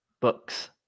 Books